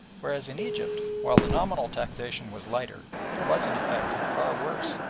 whereas in egypt, while the nominal taxation was lighter it was in effect far worse,